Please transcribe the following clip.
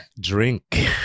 drink